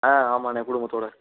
ஆ ஆமாண்ணே குடும்பத்தோடு